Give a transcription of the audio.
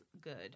good